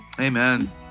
Amen